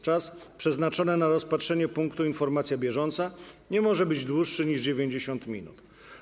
Czas przeznaczony na rozpatrzenie punktu: Informacja bieżąca nie może być dłuższy niż 90 minut.